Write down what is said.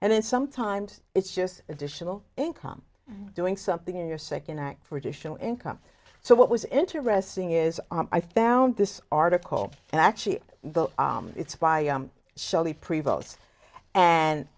and then sometimes it's just additional income doing something in your second act for additional income so what was interesting is i found this article and actually the it's by shelley